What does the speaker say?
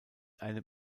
einem